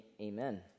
Amen